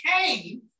came